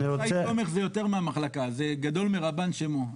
אבל שי סומך זה יותר מהמחלקה, זה גדול מרבן שמו.